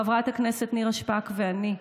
חברת הכנסת נירה שפק ואני,